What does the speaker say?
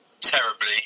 terribly